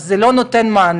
אז זה לא נותן מענה